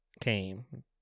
came